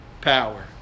power